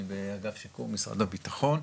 אני באגף שיקום משרד הבטחון.